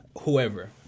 Whoever